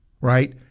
right